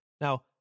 Now